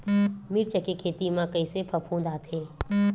मिर्च के खेती म कइसे फफूंद आथे?